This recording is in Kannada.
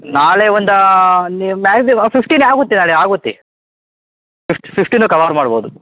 ನಾಳೆ ಒಂದು ನೀವು ಮ್ಯಾಗ್ಸಿಮ ಫಿಫ್ಟೀನೆ ಆಗುತ್ತೆ ನಾಳೆ ಆಗುತ್ತೆ ಫಿಫ್ಟ್ ಫಿಫ್ಟೀನು ಕವರ್ ಮಾಡ್ಬೋದು